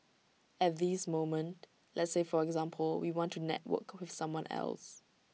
at this moment let's say for example we want to network with someone else